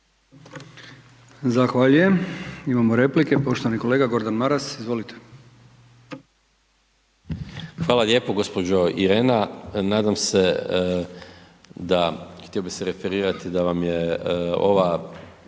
Hvala lijepo. Gđo. Irena, nadam se da, htio bih se referirati da vam je ova